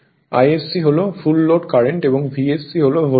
Isc হল full load current এবং Vsc হল ভোল্টেজ